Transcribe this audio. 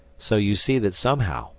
so you see that somehow,